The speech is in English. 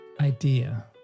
idea